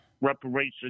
reparation